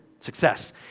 Success